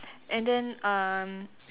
and then um